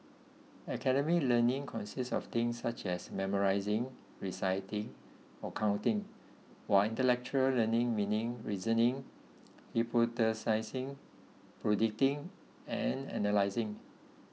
academic learning consists of things such as memorising reciting or counting while intellectual learning meaning reasoning hypothesising predicting and analysing